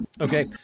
Okay